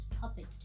topic